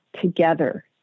together